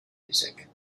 music